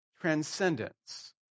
transcendence